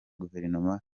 guverinoma